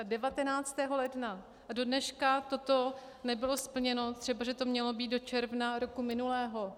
Devatenáctého ledna, a dodneška toto nebylo splněno, třebaže to mělo být do června roku minulého.